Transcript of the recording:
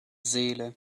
seele